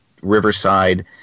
riverside